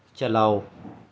چلاؤ